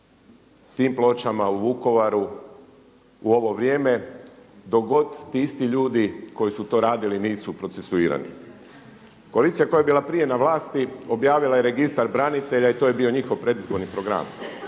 tim pločama u Vukovaru u ovo vrijeme dok god ti isti ljudi koji su to radili nisu procesuirani. Koalicija koja je bila prije na vlasti objavila je registar branitelja i to je bio njihov predizborni program.